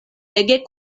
ege